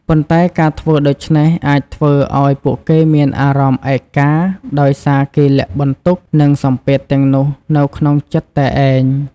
ប៉ុន្តែ ការធ្វើដូច្នេះអាចធ្វើឱ្យពួកគេមានអារម្មណ៍ឯកា ដោយសារគេលាក់បន្ទុក និងសម្ពាធទាំងនោះនៅក្នុងចិត្តតែឯង។